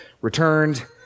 returned